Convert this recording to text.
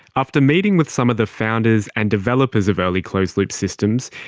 after meeting with some of the founders and developers of early closed-loop systems,